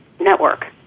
network